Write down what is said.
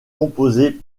composée